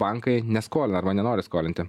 bankai neskolina arba nenori skolinti